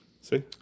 See